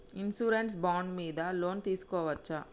Insurance bond మీద loan తీస్కొవచ్చా?